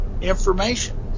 information